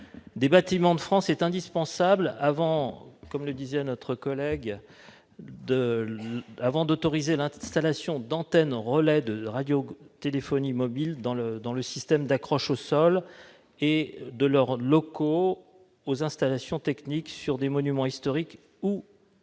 des Bâtiments de France est indispensable avant d'autoriser « l'installation d'antennes relais de radiotéléphonie mobile, de leur système d'accroche au sol et de leurs locaux et installations techniques » sur des monuments historiques ou à leurs